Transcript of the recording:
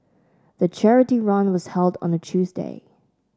the charity run was held on a Tuesday